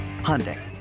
Hyundai